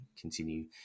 continue